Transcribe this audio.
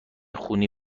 خونی